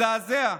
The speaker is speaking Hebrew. מזעזע.